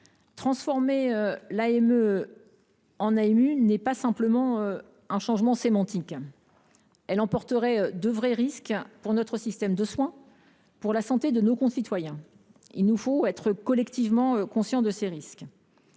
transformation de l’AME en AMU n’est pas un simple changement sémantique. Elle emporterait de vrais risques pour notre système de soins et pour la santé de nos concitoyens. Il nous faut être collectivement conscients de ces risques.